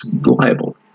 liable